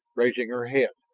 raising her head.